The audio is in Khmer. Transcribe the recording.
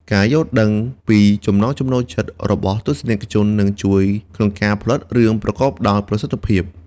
ការយល់ដឹងពីចំណង់ចំណូលចិត្តរបស់ទស្សនិកជននឹងជួយក្នុងការផលិតរឿងប្រកបដោយប្រសិទ្ធភាព។